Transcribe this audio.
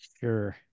sure